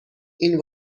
این